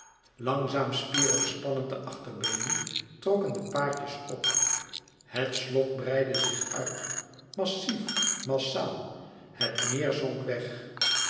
langzaam spierig spannend de achterbeenen trokken de paardjes op het slot breidde zich uit massief massaal het meer zonk weg